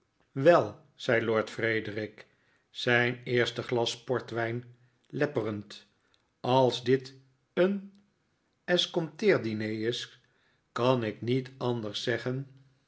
wel zei lord frederik zijn eerste glas portwijn lepperend als dit een escompteerdiner is kan ik niet anders zeggen